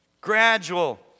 gradual